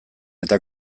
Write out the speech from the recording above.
eta